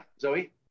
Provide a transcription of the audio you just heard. Zoe